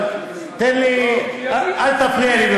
אבל אל תפריע לי,